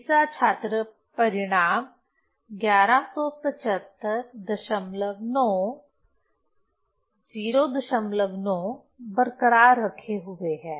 तीसरा छात्र परिणाम 11759 09 बरकरार रखे हुए है